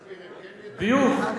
אם נסביר, הם כן ידעו?